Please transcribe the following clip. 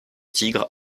tigre